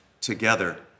together